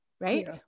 right